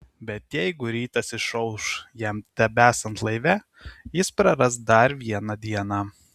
bet jeigu rytas išauš jam tebesant laive jis praras dar vieną dieną